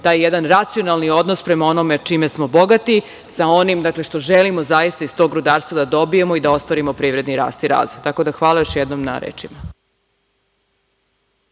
taj jedan racionalni odnos prema onome čime smo bogati sa onim što želimo zaista iz tog rudarstva da dobijemo i da ostvarimo privredni rast i razvoj. Tako da hvala još jednom na rečima.